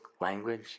Language